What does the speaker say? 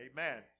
Amen